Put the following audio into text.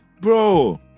bro